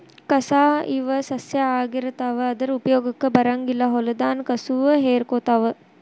ಕಸಾ ಇವ ಸಸ್ಯಾ ಆಗಿರತಾವ ಆದರ ಉಪಯೋಗಕ್ಕ ಬರಂಗಿಲ್ಲಾ ಹೊಲದಾನ ಕಸುವ ಹೇರಕೊತಾವ